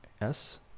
Yes